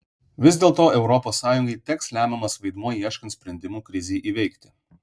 vis dėlto europos sąjungai teks lemiamas vaidmuo ieškant sprendimų krizei įveikti